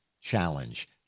challenge